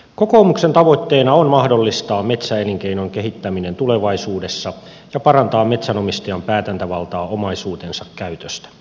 kokoomuksen tavoitteena on mahdollistaa metsäelinkeinon kehittäminen tulevaisuudessa ja parantaa metsänomistajan päätäntävaltaa omaisuutensa käytöstä